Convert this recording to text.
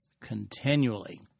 continually